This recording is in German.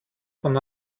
von